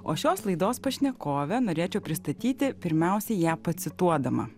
o šios laidos pašnekovę norėčiau pristatyti pirmiausiai ją pacituodama